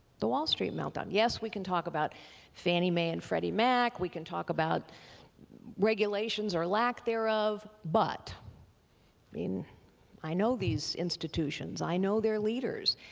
the wall street meltdown. yes, we can talk about fanny mae and freddie mac we can talk about regulations or lack thereof, but i mean i know these institutions, i know their leaders,